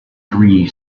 three